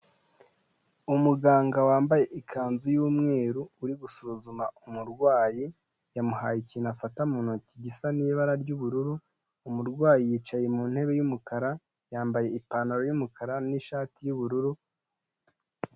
Umuganga wambaye ikanzu y'umweru uri gusuzuma umurwayi, yamuhaye ikintu afata mu ntoki gisa n'ibara ry'ubururu, umurwayi yicaye mu ntebe y'umukara, yambaye ipantaro y'umukara n'ishati y'ubururu.